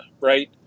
right